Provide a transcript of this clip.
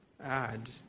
add